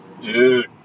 dude